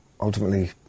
ultimately